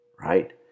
right